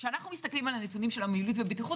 כשאנחנו מסתכלים על הנתונים של המועילות והבטיחות